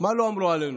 מה לא אמרו עלינו?